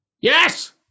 Yes